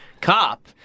cop